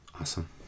Awesome